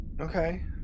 Okay